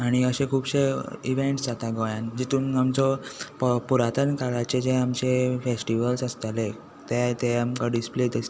आनी अशें खुबशे इव्हेंट्स जाता गोंयांत जितून आमचो पुराथन काळाचे जे आमचे फॅस्टिव्हल्स आसताले ते आमकां डिसप्ले